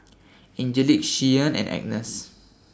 Angelic Shyann and Agness